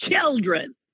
children